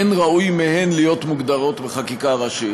אין ראוי מהן להיות מוגדרות בחקיקה הראשית.